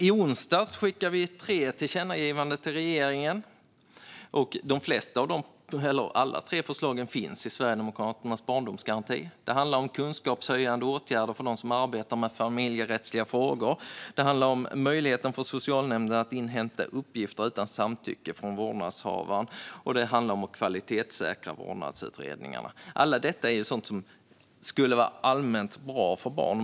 I onsdags skickade vi tre tillkännagivanden till regeringen, och alla tre förslagen finns i Sverigedemokraternas barndomsgaranti. Det handlar om kunskapshöjande åtgärder för dem som arbetar med familjerättsliga frågor, det handlar om möjligheten för socialnämnden att inhämta uppgifter utan samtycke från vårdnadshavaren och det handlar om att kvalitetssäkra vårdnadsutredningarna. Allt detta är sådant som skulle vara allmänt bra för barn.